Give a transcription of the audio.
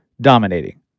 dominating